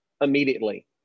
immediately